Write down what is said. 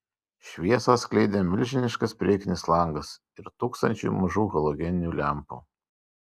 šviesą skleidė milžiniškas priekinis langas ir tūkstančiai mažų halogeninių lempų